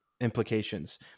implications